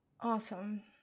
Awesome